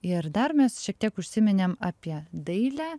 ir dar mes šiek tiek užsiminėm apie dailę